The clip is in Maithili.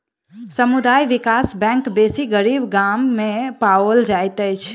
समुदाय विकास बैंक बेसी गरीब गाम में पाओल जाइत अछि